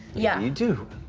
yeah you do.